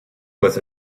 was